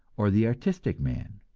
or the artistic man.